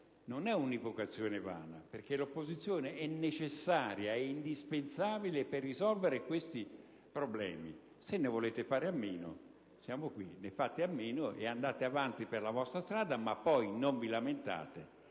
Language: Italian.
non è un'invocazione vana, perché l'opposizione è necessaria, è indispensabile, per risolvere questi problemi. Se volete farne a meno, siamo qui; fatene a meno e andate avanti per la vostra strada, ma poi non lamentatevi